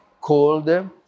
cold